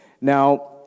Now